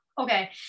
okay